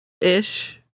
ish